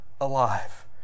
alive